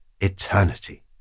Eternity